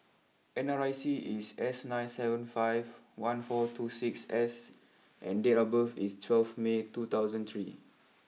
N R I C is S nine seven five one four two six S and date of birth is twelve May two thousand three